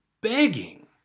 begging